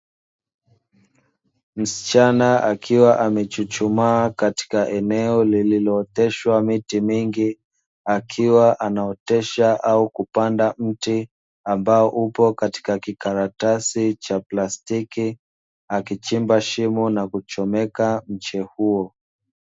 Msichana akiwa amechuchumaa katika eneo lililooteshwa miti mingi. Akiwa anaotesha au kupanda mti ambao upo katika kikaratasi cha plastiki, akichimba shimo na kuchomeka mche huo.